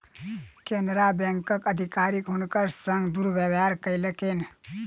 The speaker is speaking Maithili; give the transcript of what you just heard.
केनरा बैंकक अधिकारी हुनकर संग दुर्व्यवहार कयलकैन